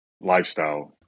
lifestyle